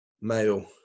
Male